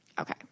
Okay